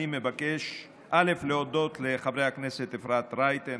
אני מבקש להודות לחברת הכנסת אפרת רייטן,